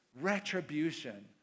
retribution